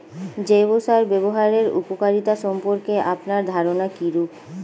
জৈব সার ব্যাবহারের উপকারিতা সম্পর্কে আপনার ধারনা কীরূপ?